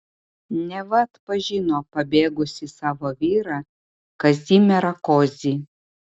neva atpažino pabėgusį savo vyrą kazimierą kozį